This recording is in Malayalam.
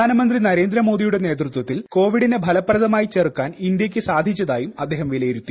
പ്രധാനമന്ത്രി നരേന്ദ്ര മോദിയുടെ നേതൃത്വത്തിൽ കോവിഡിനെ ഫലപ്രദമായി ചെറുക്കാൻ ഇന്ത്യയ്ക്ക് സാധിച്ചതായും അദ്ദേഹം വിലയിരുത്തി